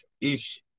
ish